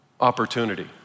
opportunity